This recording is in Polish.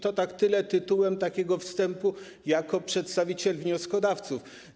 To tyle tytułem takiego wstępu, jako przedstawiciel wnioskodawców.